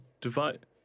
Divide